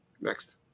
Next